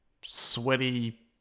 sweaty